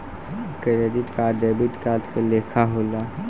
credit card debit card के लेखा होला